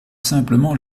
simplement